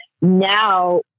now